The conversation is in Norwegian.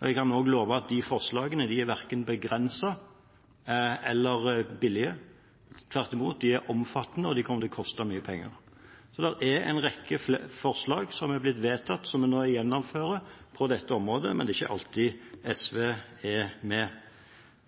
Jeg kan love at de forslagene verken er begrenset eller billige. Tvert imot: De er omfattende og kommer til å koste mye penger. Så det er en rekke forslag som er blitt vedtatt, som en nå gjennomfører på dette området, men det er ikke alltid SV er med.